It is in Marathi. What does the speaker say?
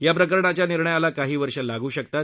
या प्रकरणाच्या निर्णयाला काही वर्ष लागू शकतात